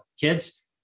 kids